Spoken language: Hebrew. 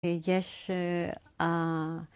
‫יש...